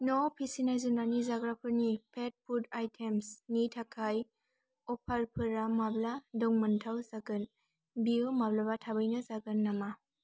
न'आव फिसिनाय जुनारनि जाग्राफोरनि पेट फुद आइटेम्सनि थाखाय अफारफोरा माब्ला दंमोनथाव जागोन बियो माब्लाबा थाबैनो जागोन नामा